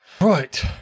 right